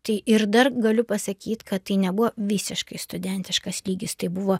tai ir dar galiu pasakyt kad tai nebuvo visiškai studentiškas lygis tai buvo